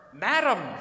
Madam